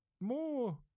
More